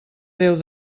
déu